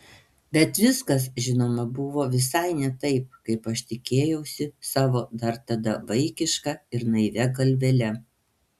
bet viskas žinoma buvo visai ne taip kaip aš tikėjausi savo dar tada vaikiška ir naivia galvele